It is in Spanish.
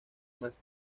más